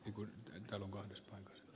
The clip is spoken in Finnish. arvoisa puhemies